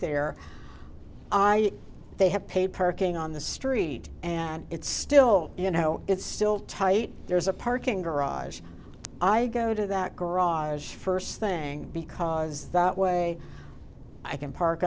there i they have paid parking on the street and it's still you know it's still tight there's a parking garage i go to that garage first thing because that way i can park